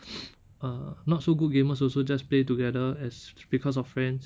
uh not so good gamers also just play together as because of friends